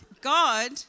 God